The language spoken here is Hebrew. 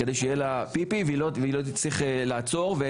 כדי שיהיה לה פיפי והיא לא תצטרך לעצור,